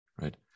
right